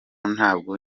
ntabwo